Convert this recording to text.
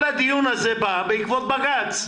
כל הדיון הזה בא בעקבות בג"ץ.